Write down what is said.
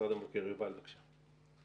במשרד המבקר, יובל, בבקשה.